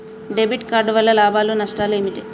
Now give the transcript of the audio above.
Debit card వల్ల లాభాలు నష్టాలు ఏమిటి?